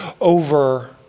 over